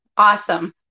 Awesome